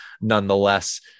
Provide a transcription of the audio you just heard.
nonetheless